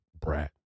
brat